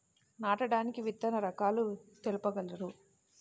నాటడానికి విత్తన రకాలు తెలుపగలరు?